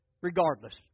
regardless